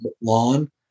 lawn